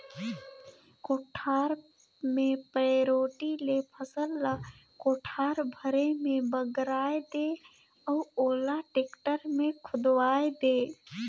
कोठार मे पैरोठी ले फसल ल कोठार भरे मे बगराय दे अउ ओला टेक्टर मे खुंदवाये दे